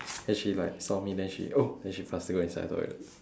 and she like saw me then she oh then she faster go inside the toilet